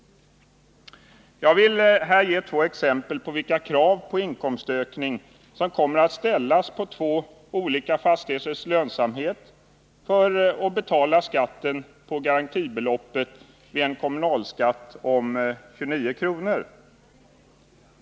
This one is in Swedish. Jag vill här anföra två exempel på vilka krav på inkomstökning som kommer att ställas när det gäller två olika fastigheters lönsamhet för att skatten på garantibeloppet skall kunna betalas vid en kommunalskatt på 29 kr.